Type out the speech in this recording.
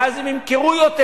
ואז הם ימכרו יותר.